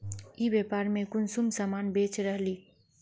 ई व्यापार में कुंसम सामान बेच रहली?